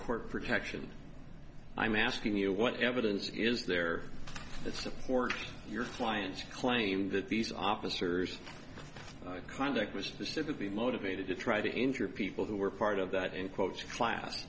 court protection i'm asking you what evidence is there that supports your client's claim that these officers conduct was said to be motivated to try to injure people who were part of that in quotes class